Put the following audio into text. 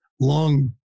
long